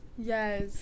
Yes